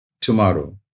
tomorrow